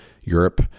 Europe